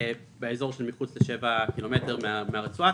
באזור שמחוץ ל-7 קילומטרים מן הרצועה,